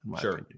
Sure